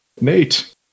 Nate